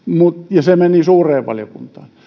ja se meni suureen valiokuntaan